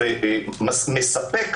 זאת ועוד,